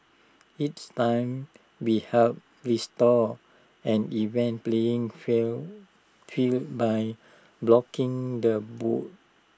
it's time we help restore an even playing field field by blocking the bots